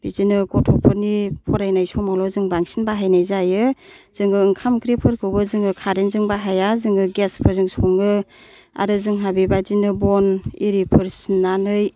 बिदिनो गथ'फोरनि फरायनाय समावल' जों बांसिन बाहायनाय जायो जोङो ओंखाम ओंख्रिफोरखौबो जोङो खारेनजों बाहाया जोङो गेसफोरजों सङो आरो जोंहा बेबायदिनो बन इरिफोर सिननानै